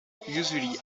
usually